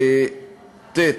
ט.